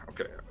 Okay